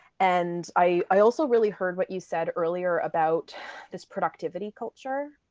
and i also really heard what you said earlier about this productivity culture.